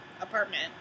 apartment